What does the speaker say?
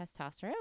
testosterone